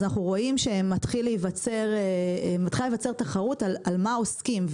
אז אנחנו רואים שמתחילה להיווצר תחרות על מה עוסקים.